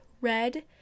red